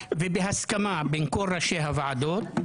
ובהסכמה בין כל ראשי הוועדות,